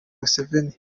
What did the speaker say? museveni